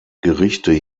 gerichte